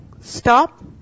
Stop